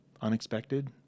unexpected